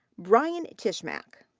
bryan tishmack.